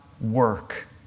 work